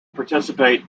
participate